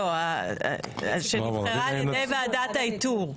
לא, שנבחרה על ידי ועדת האיתור.